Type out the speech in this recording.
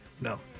No